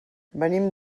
venim